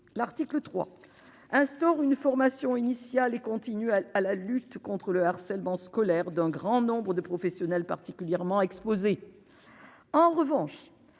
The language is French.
l'article 3 instaure une formation initiale et continue à à la lutte contre le harcèlement scolaire d'un grand nombre de professionnels particulièrement exposés, en revanche,